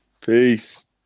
Peace